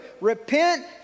Repent